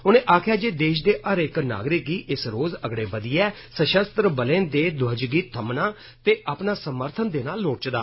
उनें आक्खेआ जे देश दे हर इक नागरिक गी इस रोज़ अगड़े बदियै सशस्त्र बलें दे ध्वज गी थमना ते अपना समर्थन देना लोड़चदा